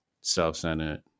self-centered